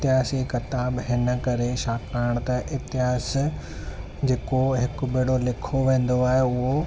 इतिहास जी किताबु हिन करे छाकणि त इतिहासु जेको हिकु भेरो लिखियो वेंदो आहे उहो